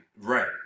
Right